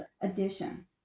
addition